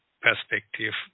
perspective